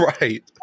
Right